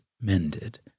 mended